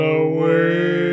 away